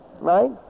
Right